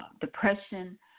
depression